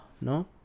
No